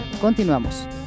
Continuamos